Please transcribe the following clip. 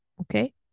okay